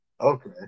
Okay